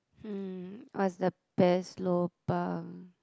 hmm what's the best lobang